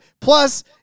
plus